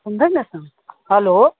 सुन्दैन त हेलो